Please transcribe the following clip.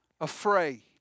afraid